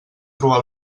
trobar